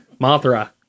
Mothra